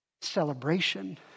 celebration